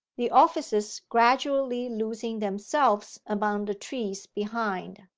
the offices gradually losing themselves among the trees behind.